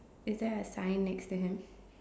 is there a sign next to him